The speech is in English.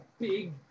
big